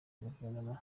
guverinoma